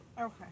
Okay